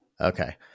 Okay